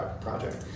project